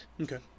Okay